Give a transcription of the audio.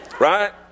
Right